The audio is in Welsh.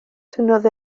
tynnodd